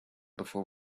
before